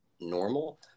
normal